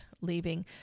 leaving